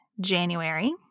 January